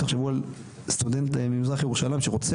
תחשבו על סטודנט ממזרח ירושלים שרוצה